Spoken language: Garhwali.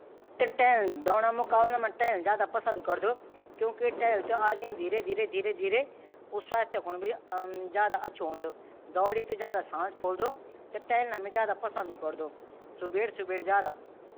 आस्ट्रेलिये स्वदेशी आबादी जेमाँ ओरीविजिनल, और टोरिस ,स्टरेट, आइलेंडर लोग शामिल छिन। ड्रीमटाइमे कहानी ,पारम्परिक नृत्य अर् बूम्बेरेन जन कलाकृति यो भी भोत उदाहरण पूर्ण छिन्। आस्ट्रेलिया खान पाना, आस्ट्रेलिया खान पान भी फूड और माँस व्यंजन प्रमुख छिन ।आस्ट्रेलियन डे, एंजलिक डे अर मेलबर्न का जन प्रमुख राष्ट्रीय उत्सव मनाया जना छिन ।ये का अलावा सिडनी, मार्डिग्रास अर मेलबर्नो इंटरनेशनल कामेडी भी काफी प्रसिद्ध चि।